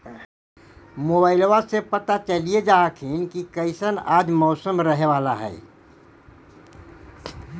मोबाईलबा से पता चलिये जा हखिन की कैसन आज मौसम रहे बाला है?